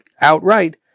outright